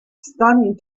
stunning